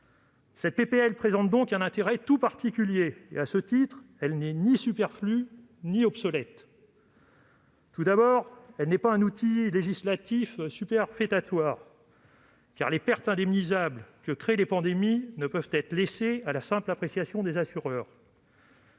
de loi présente donc un intérêt tout particulier, loin d'être superflue ou obsolète. D'abord, elle n'est pas un outil législatif superfétatoire, car les pertes indemnisables que créent les pandémies ne sauraient être laissées à la simple appréciation des assureurs.